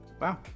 Wow